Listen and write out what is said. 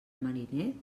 mariner